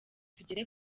tugere